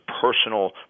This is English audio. personal